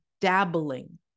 dabbling